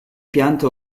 pianta